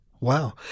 Wow